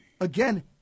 again